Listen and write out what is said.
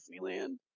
Disneyland